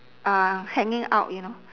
uh hanging out you know